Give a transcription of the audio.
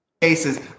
cases